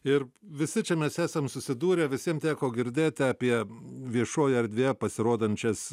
ir visi čia mes esam susidūrę visiem teko girdėti apie viešoje erdvėje pasirodančias